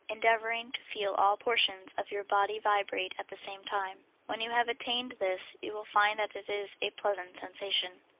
endeavoring to feel all portions of your body vibrate at the same time. when you have attained this you will find that it is a pleasant sensation.